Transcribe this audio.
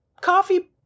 coffee